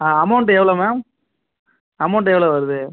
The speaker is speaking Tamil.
அமௌன்ட் எவ்வளோ மேம் அமௌன்ட் எவ்வளோ வருது